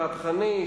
מהפכני,